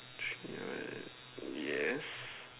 yes